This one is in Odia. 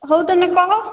ହେଉ ତୁମେ କହ